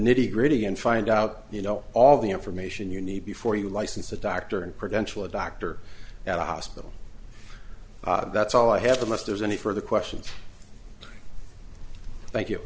nitty gritty and find out you know all the information you need before you license the doctor and prevention a doctor at a hospital that's all i have unless there's any further questions thank you